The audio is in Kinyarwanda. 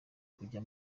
kujya